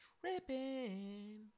tripping